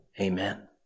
Amen